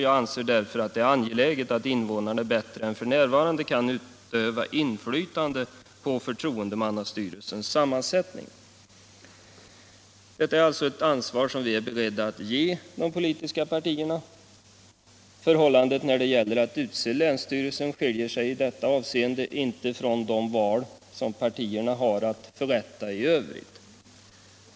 Jag anser därför att det är angeläget att invånarna bättre än f. n. kan utöva inflytande på förtroendemannastyrelsens sammansättning.” Detta är alltså ett ansvar som vi är beredda att ge de politiska partierna. Sättet att utse länsstyrelse skiljer sig i detta avseende inte från de val som partierna har att förrätta i övrigt.